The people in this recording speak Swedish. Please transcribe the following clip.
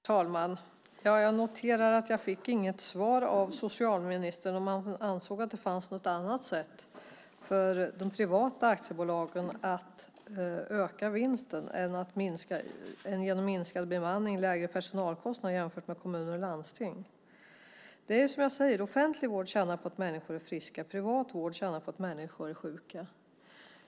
Herr talman! Jag noterar att jag inte fick något svar från socialministern på min fråga om han ansåg att det fanns något annat sätt för de privata aktiebolagen att öka vinsten än att minska bemanningen och få lägre personalkostnader jämfört med kommuner och landsting. Det är som jag säger: Offentlig vård tjänar på att människor är friska medan privat vård tjänar på att människor är sjuka.